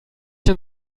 denn